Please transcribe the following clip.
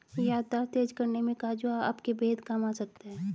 याददाश्त तेज करने में काजू आपके बेहद काम आ सकता है